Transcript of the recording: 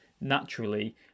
naturally